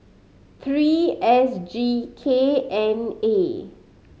three S G K N A